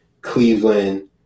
Cleveland